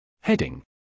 Heading